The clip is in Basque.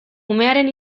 umearen